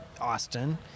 Austin